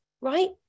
right